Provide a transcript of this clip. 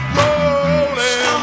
rolling